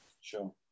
Sure